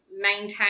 maintain